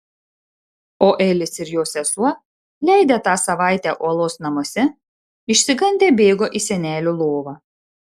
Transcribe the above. o elis ir jo sesuo leidę tą savaitę uolos namuose išsigandę bėgo į senelių lovą